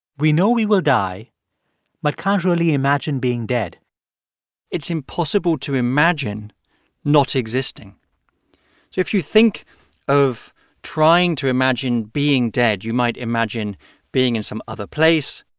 we know we will die but can't really imagine being dead it's impossible to imagine not existing. so if you think of trying to imagine being dead, you might imagine being in some other place.